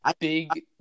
big